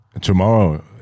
Tomorrow